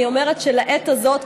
אני אומרת שלעת הזאת,